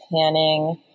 panning